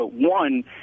One